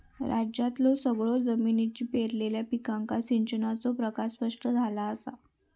राज्यातल्यो सगळयो शेतजमिनी पेरलेल्या पिकांका सिंचनाचो प्रकार स्पष्ट झाला असा